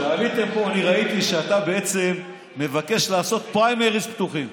כשעליתם פה אני ראיתי שאתה בעצם מבקש לעשות פריימריז פתוחים,